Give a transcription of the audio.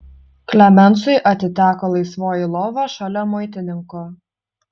klemensui atiteko laisvoji lova šalia muitininko